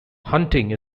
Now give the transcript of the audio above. hunting